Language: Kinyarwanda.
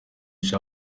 sha